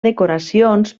decoracions